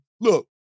look